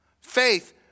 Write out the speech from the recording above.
Faith